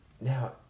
now